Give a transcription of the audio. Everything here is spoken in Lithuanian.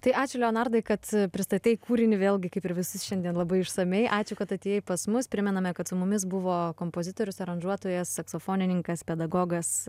tai ačiū leonardai kad pristatei kūrinį vėlgi kaip ir visus šiandien labai išsamiai ačiū kad atėjai pas mus primename kad su mumis buvo kompozitorius aranžuotojas saksofonininkas pedagogas